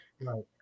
Right